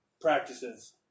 practices